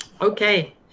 Okay